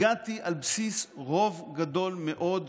הגעתי על בסיס רוב גדול מאוד,